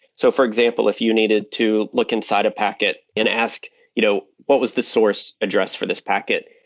so for example, if you needed to look inside a packet and ask you know what was the source address for this packet,